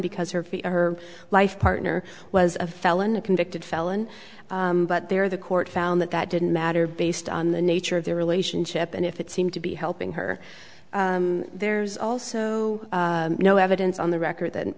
because her feet or her life partner was a felon a convicted felon but there the court found that that didn't matter based on the nature of their relationship and if it seemed to be helping her there's also no evidence on the record tha